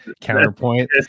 counterpoint